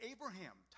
Abraham